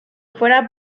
fuera